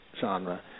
genre